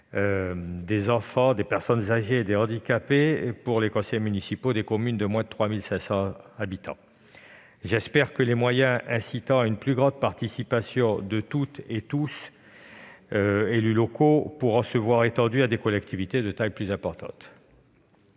des enfants ou des personnes âgées et handicapées pour les conseillers municipaux des communes de moins de 3 500 habitants. J'espère que les moyens incitant à une plus grande participation des élus locaux pourront se voir étendus à des collectivités de taille plus importante.